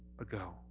ago